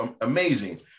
amazing